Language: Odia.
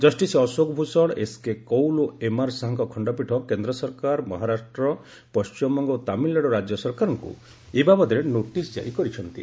ଜଷ୍ଟିସ୍ ଅଶୋକ ଭ୍ଷଣ ଏସ୍କେ କଉଲ ଓ ଏମ୍ଆର୍ ଶାହାଙ୍କ ଖଣ୍ଡପୀଠ କେନ୍ଦ୍ର ସରକାର ମହାରାଷ୍ଟ୍ର ପଣ୍ଟିମବଙ୍ଗ ଓ ତାମିଲନାଡୁ ରାଜ୍ୟ ସରକାରଙ୍କୁ ଏ ବାବଦରେ ନୋଟିସ୍ ଜାରି କରିଛନ୍ତି